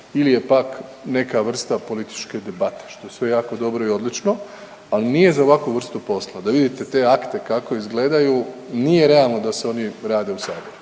ili je pak neka vrsta političke debate što je sve jako dobro i odlično, ali nije za ovakvu vrstu posla, da vidite te akte kako izgledaju nije realno da se oni rade u Saboru.